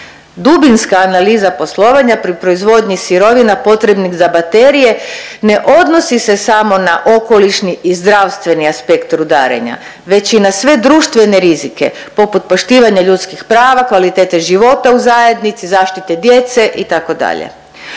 Dubinska analiza poslovanja pri proizvodnji sirovina potrebnih za baterije ne odnosi se samo na okolišni i zdravstveni aspekt rudarenja već i na sve društvene rizike poput poštivanja ljudskih prava, kvalitete života u zajednici, zaštite djece itd.